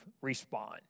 respond